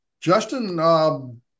Justin